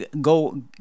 go